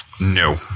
No